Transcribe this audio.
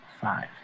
five